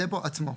הדפו עצמו.